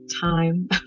time